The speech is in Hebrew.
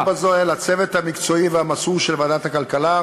אני מבקש להודות בזה לצוות המקצועי והמסור של ועדת הכלכלה: